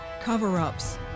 Cover-ups